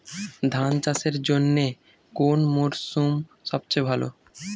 ধান চাষের জন্যে কোন মরশুম সবচেয়ে ভালো?